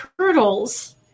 turtles